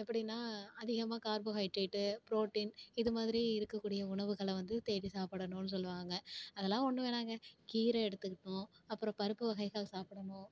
எப்படின்னா அதிகமா carbohydrate protein இது மாதிரி இருக்கக்கூடிய உணவுகளை வந்து தேடி சாப்பிடணுன்னு சொல்லுவாங்கள் அதேலாம் ஒன்றும் வேணாங்க கீர எடுத்துக்கிடணும் அப்புறம் பருப்பு வகைகள் சாப்பிடணும்